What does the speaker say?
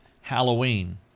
Halloween